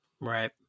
Right